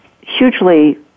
hugely